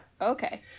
Okay